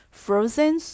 frozen